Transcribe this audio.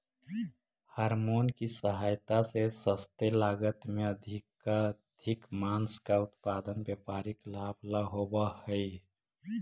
hormone की सहायता से सस्ते लागत में अधिकाधिक माँस का उत्पादन व्यापारिक लाभ ला होवअ हई